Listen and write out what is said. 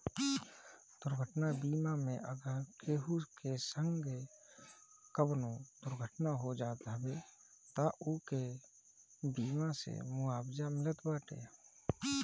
दुर्घटना बीमा मे अगर केहू के संगे कवनो दुर्घटना हो जात हवे तअ ओके बीमा से मुआवजा मिलत बाटे